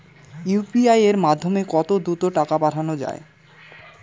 UPI এর মাধ্যমে কত দ্রুত টাকা পাঠানো যায়?